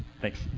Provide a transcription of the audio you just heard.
Thanks